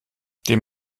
dem